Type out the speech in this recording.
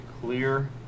clear